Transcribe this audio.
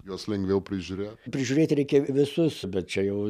juos lengviau prižiūrėti prižiūrėti reikia visus bet čia jau